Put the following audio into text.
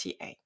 ta